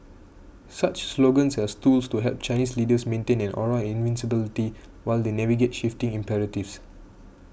such slogans as tools to help Chinese leaders maintain an aura of invincibility while they navigate shifting imperatives